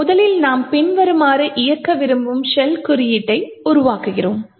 எனவே முதலில் நாம் பின்வருமாறு இயக்க விரும்பும் ஷெல் குறியீட்டை உருவாக்குகிறோம்